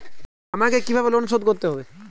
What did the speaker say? আমাকে কিভাবে লোন শোধ করতে হবে?